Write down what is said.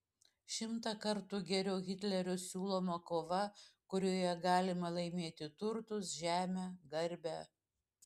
šimtą kartų geriau hitlerio siūloma kova kurioje galima laimėti turtus žemę garbę